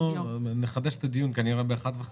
אנחנו נחדש את הדיון כנראה ב-13:30,